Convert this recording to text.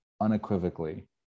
unequivocally